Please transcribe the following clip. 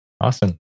Awesome